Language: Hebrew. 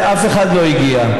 ואף אחד לא הגיע.